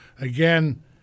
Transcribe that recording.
Again